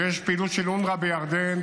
ויש פעילות של אונר"א בירדן,